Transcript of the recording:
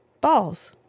balls